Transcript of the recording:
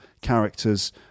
characters